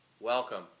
Welcome